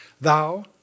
Thou